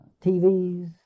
TVs